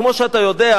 כמו שאתה יודע,